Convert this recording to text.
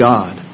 God